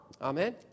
Amen